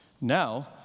Now